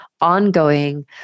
ongoing